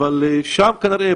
אבל כנראה ששם,